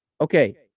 okay